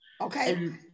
Okay